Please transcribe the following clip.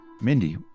Mindy